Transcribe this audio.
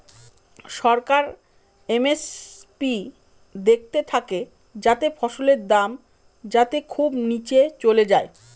সরকার MSP দেখতে থাকে যাতে ফসলের দাম যাতে খুব নীচে চলে যায়